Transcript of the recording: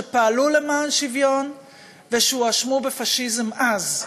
שפעלו למען שוויון ושהואשמו בפאשיזם אז.